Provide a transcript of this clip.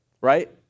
right